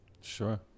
Sure